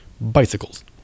bicycles